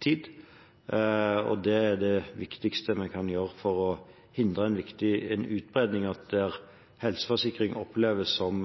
Det er det viktigste vi kan gjøre for å hindre en utbredelse av at helseforsikring oppleves som